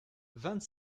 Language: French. vingt